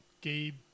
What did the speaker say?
Gabe